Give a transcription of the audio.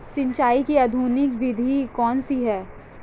सिंचाई की आधुनिक विधि कौनसी हैं?